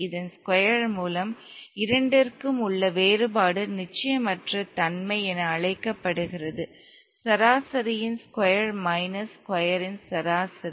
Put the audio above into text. இதன் ஸ்கொயர் மூலம் இரண்டிற்கும் உள்ள வேறுபாடு நிச்சயமற்ற தன்மை என அழைக்கப்படுகிறது சராசரியின் ஸ்கொயர் மைனஸ் ஸ்கொயரின் சராசரி